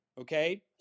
okay